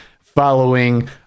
following